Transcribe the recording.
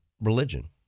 religion